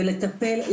ולטפל,